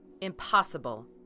Impossible